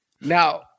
Now